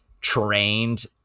trained